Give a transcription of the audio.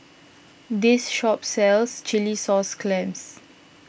this shop sells Chilli Sauce Clams